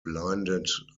blinded